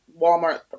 Walmart